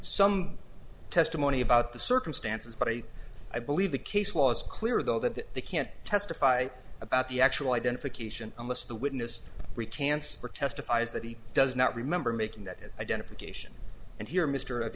some testimony about the circumstances but i believe the case law is clear though that they can't testify about the actual identification unless the witness recants or testifies that he does not remember making that identification and here mr